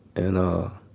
and, ah,